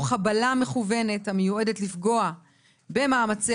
אפילו חבלה מכוונת המיועדת לפגוע במאמצי